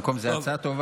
מה שיש לך זה הצעה טובה.